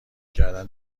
کردن